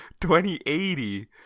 2080